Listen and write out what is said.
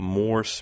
more